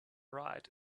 right